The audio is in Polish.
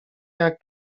jak